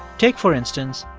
take, for instance,